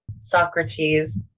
Socrates